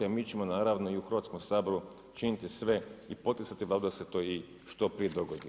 A mi ćemo naravno i u Hrvatskom saboru činiti sve i poticati bar da se to i što prije dogodi.